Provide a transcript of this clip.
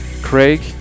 Craig